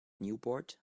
newport